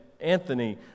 Anthony